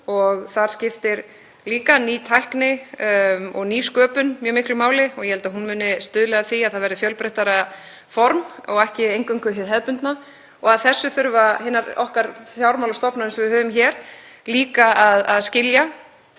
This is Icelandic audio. Þar skiptir líka ný tækni og nýsköpun mjög miklu máli og ég held að það muni stuðla að því að það verði fjölbreyttara form og ekki eingöngu hið hefðbundna. Þetta þurfa fjármálastofnanir, sem við höfum hér, líka að skilja